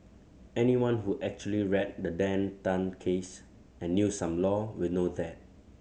anyone who actually read the Dan Tan case and knew some law will know that